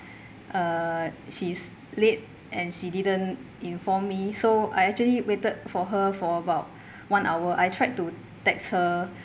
uh but she's late and she didn't inform me so I actually waited for her for about one hour I tried to text her